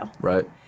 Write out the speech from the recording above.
Right